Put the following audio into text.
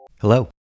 Hello